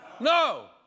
No